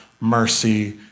mercy